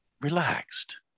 relaxed